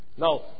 Now